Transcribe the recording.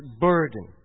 burden